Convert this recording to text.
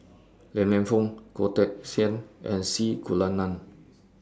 Li Lienfung Goh Teck Sian and C Kunalan